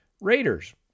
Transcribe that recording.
Raiders